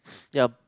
ya